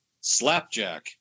Slapjack